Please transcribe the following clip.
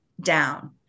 down